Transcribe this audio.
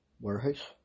Warehouse